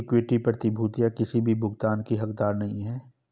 equity प्रतिभूतियां किसी भी भुगतान की हकदार नहीं हैं